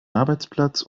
arbeitsplatz